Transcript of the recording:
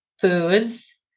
foods